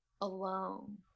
alone